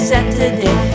Saturday